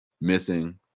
missing